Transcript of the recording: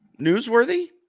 Newsworthy